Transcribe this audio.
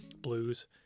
blues